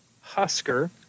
Husker